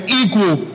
equal